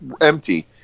Empty